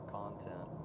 content